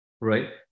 Right